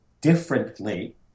differently